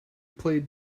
played